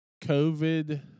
covid